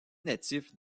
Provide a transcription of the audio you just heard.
natif